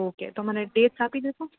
okay તો મને dates આપી દેસો